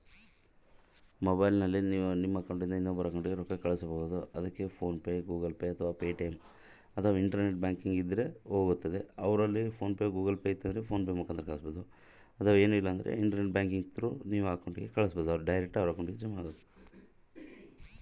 ಮೊಬೈಲಿಂದ ನನ್ನ ಅಕೌಂಟಿಂದ ಇನ್ನೊಬ್ಬರ ಅಕೌಂಟಿಗೆ ರೊಕ್ಕ ಕಳಸಾಕ ಆಗ್ತೈತ್ರಿ?